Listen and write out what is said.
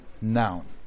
noun